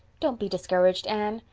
don't be discouraged, anne.